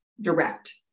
direct